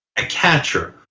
a catcher,